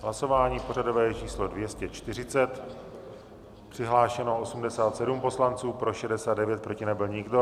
Hlasování pořadové číslo 240, přihlášeno 87 poslanců, pro 69, proti nebyl nikdo.